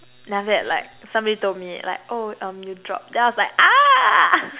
then after that like somebody told me like oh um you dropped then I was like